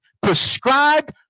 prescribed